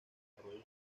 arroyo